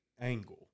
angle